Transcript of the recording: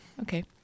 Okay